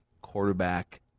quarterback